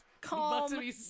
calm